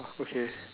okay